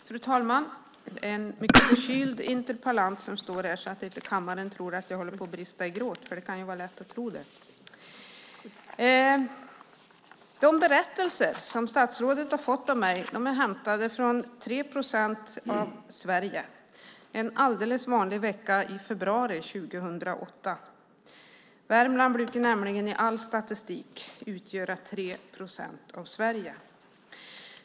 Fru talman! Det är en mycket förkyld interpellant som står här. Jag ville bara säga detta så att inte kammaren tror att jag håller på att brista i gråt. Det kan vara lätt att tro det. De berättelser som statsrådet har fått av mig är hämtade från 3 procent av Sverige en alldeles vanlig vecka i februari 2008. Värmland brukar nämligen i all statistik utgöra 3 procent av Sverige.